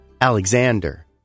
Alexander